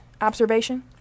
observation